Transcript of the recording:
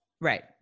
right